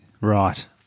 Right